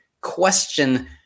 question